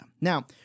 Now